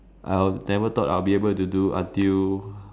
I will never thought I would be able to do until